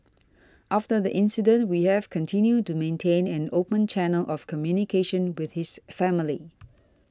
after the incident we have continued to maintain an open channel of communication with his family